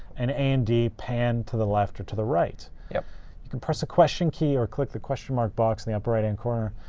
and a and d pan to the left or to the right. yeah you can press a question key or click the question mark box in the upper right-hand corner,